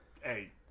Hey